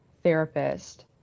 therapist